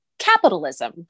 Capitalism